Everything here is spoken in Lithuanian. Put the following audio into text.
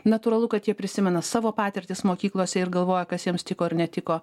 natūralu kad jie prisimena savo patirtis mokyklose ir galvoja kas jiems tiko ar netiko